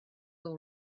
all